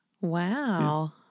Wow